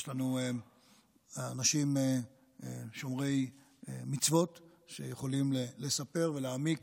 יש לנו אנשים שומרי מצוות שיכולים לספר ולהעמיק